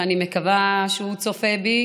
ואני מקווה שהוא צופה בי,